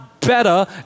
better